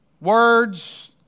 Words